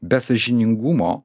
be sąžiningumo